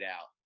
out